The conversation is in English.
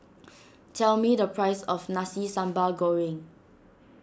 tell me the price of Nasi Sambal Goreng